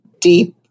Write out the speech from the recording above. deep